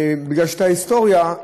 כי ההיסטוריה,